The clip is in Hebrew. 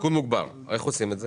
סיכון מוגבר איך עושים את זה?